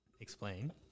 Explain